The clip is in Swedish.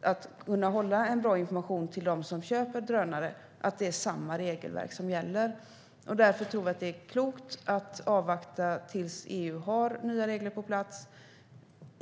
att kunna ge bra information till dem som köper drönare om att det är samma regelverk som gäller. Därför tror vi att det är klokt att avvakta tills EU har nya regler på plats.